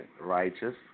Righteous